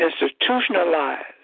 institutionalized